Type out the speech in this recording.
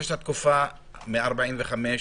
מ-45 ו-15,